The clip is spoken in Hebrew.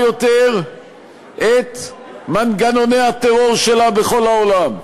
יותר את מנגנוני הטרור שלה בכל העולם.